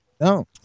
No